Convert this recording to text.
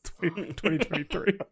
2023